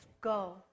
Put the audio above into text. go